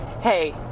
hey